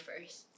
first